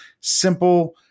Simple